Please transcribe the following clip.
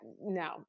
No